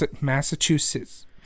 Massachusetts